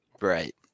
Right